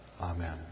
Amen